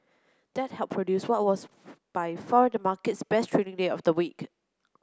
that helped produce what was by far the market's best trading day of the week